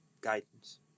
guidance